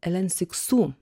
elen siksū